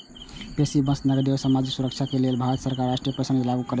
बेसी सं बेसी नागरिक कें सामाजिक सुरक्षा दए लेल भारत में राष्ट्रीय पेंशन योजना लागू छै